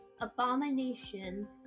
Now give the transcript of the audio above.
abominations